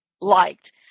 liked